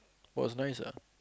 was nice ah